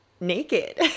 naked